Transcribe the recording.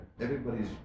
everybody's